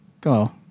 go